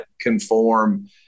conform